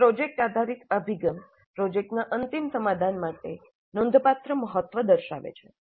આ પ્રોજેક્ટ આધારિત અભિગમ પ્રોજેક્ટના અંતિમ સમાધાન માટે નોંધપાત્ર મહત્વ દર્શાવે છે